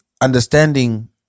understanding